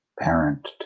parent